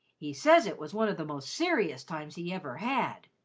he says it was one of the most serious times he ever had.